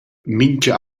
mintga